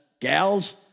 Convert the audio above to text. gals